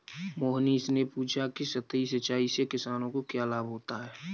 मोहनीश ने पूछा कि सतही सिंचाई से किसानों को क्या लाभ होता है?